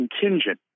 contingent